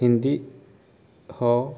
हिंदी हो